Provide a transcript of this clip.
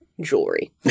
jewelry